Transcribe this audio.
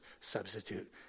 substitute